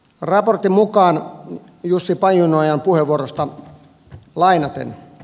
raportin mukaan jussi pajuojan puheenvuorosta lainaten